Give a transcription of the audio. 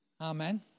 Amen